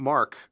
Mark